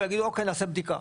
יגידו אוקיי נעשה בדיקה.